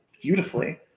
beautifully